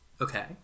Okay